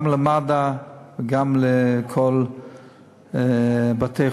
גם למד"א וגם לכל בתי-החולים.